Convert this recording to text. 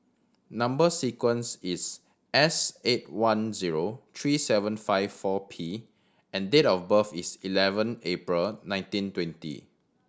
number sequence is S eight one zero three seven five four P and date of birth is eleven April nineteen twenty